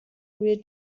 روی